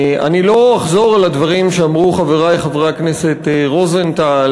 אני לא אחזור על הדברים שאמרו חברי חבר הכנסת רוזנטל,